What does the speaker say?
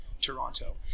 Toronto